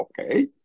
okay